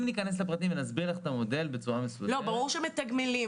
אם ניכנס לפרטים ונסביר לך את המודל בצורה מסודרת --- ברור שמתגמלים,